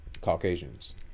Caucasians